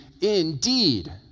indeed